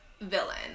villain